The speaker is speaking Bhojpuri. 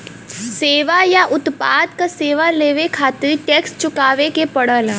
सेवा या उत्पाद क सेवा लेवे खातिर टैक्स चुकावे क पड़ेला